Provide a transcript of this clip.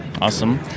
Awesome